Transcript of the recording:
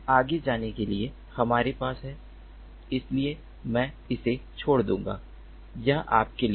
आगे जाने के लिए हमारे पास है इसलिए मैं इसे छोड़ दूंगा यह आपके लिए है